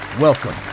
welcome